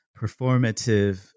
performative